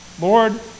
Lord